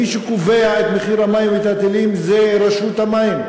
מי שקובע את מחיר המים ואת ההיטלים זה רשות המים,